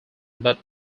but